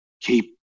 keep